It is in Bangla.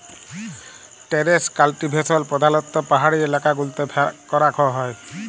টেরেস কাল্টিভেশল প্রধালত্ব পাহাড়ি এলাকা গুলতে ক্যরাক হ্যয়